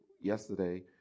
yesterday